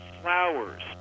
flowers